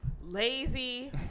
lazy